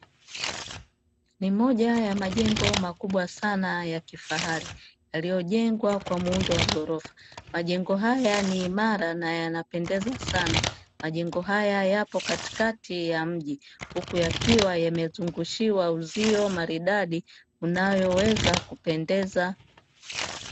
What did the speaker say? Ni moja ya majengo makubwa sana ya kifahari yaliyojengwa kwa muundo wa ghorofa, majengo haya ni imara na yanapendeza sana; majengo haya yapo katikati ya mji huku yakiwa yamezungushiwa uzio maridadi unayoweza kupendeza.